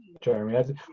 Jeremy